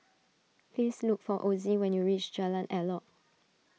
please look for Ozie when you reach Jalan Elok